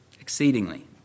exceedingly